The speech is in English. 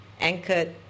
anchored